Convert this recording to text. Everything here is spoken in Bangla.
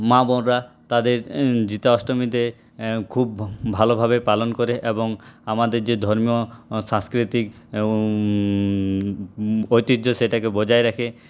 মা বোনরা তাদের জিতা অষ্টমীতে খুব ভালোভাবে পালন করে এবং আমাদের যে ধর্মীয় সাংস্কৃতিক এবং ঐতিহ্য সেটাকে বজায় রাখে